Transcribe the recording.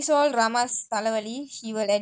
so is like drama